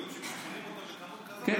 אותם לדין משחררים אותם בקלות כזאת, כן.